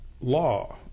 law